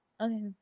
Okay